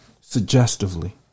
suggestively